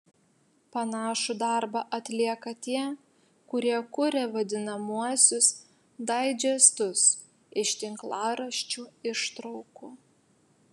panašų darbą atlieka tie kurie kuria vadinamuosius daidžestus iš tinklaraščių ištraukų